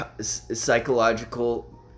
psychological